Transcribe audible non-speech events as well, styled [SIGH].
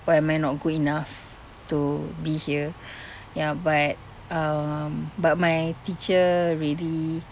why am I not good enough to be here [BREATH] ya but um but my teacher really